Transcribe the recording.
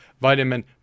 vitamin